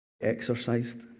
exercised